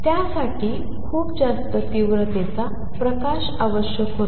त्यासाठी खूप जास्त तीव्रतेचा प्रकाश आवश्यक होता